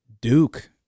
Duke